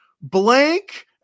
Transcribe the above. blank